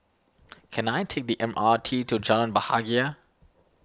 can I take the M R T to Jalan Bahagia